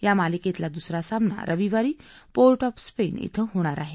या मालिकेतला दुसरा सामना रविवारी पोर्ट ऑफ स्पप्ती इथं होणार आहे